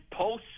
posts